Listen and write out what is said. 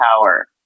power